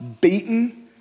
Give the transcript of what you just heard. beaten